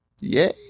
yay